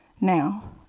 now